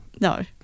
No